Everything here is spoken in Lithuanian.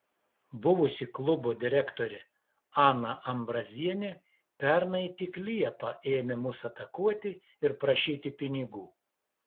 buvusi klubo direktorė ana ambrazienė pernai tik liepą ėmė mus atakuoti ir prašyti pinigų